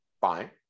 Fine